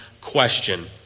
question